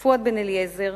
פואד בן-אליעזר,